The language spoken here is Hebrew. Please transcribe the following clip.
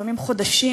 לפעמים חודשים,